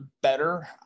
better